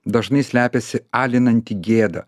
dažnai slepiasi alinanti gėda